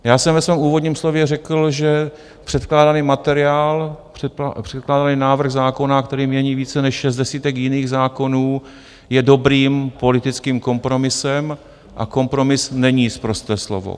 Já jsem ve svém úvodním slově řekl, že předkládaný materiál, předkládaný návrh zákona, který mění více než 60 jiných zákonů, je dobrým politickým kompromisem a kompromis není sprosté slovo.